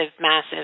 massive